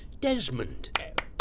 Desmond